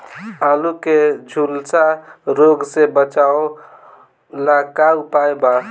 आलू के झुलसा रोग से बचाव ला का उपाय बा?